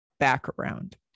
background